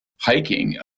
hiking